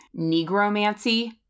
negromancy